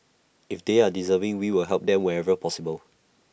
if they are deserving we will help them wherever possible